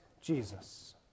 Jesus